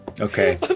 Okay